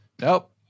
Nope